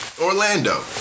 Orlando